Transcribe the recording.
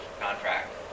contract